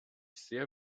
sehr